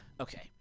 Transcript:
Okay